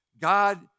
God